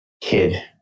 kid